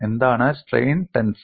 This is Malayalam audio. എന്താണ് സ്ട്രെയിൻ ടെൻസർ